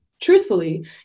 Truthfully